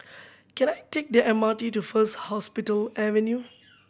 can I take the M R T to First Hospital Avenue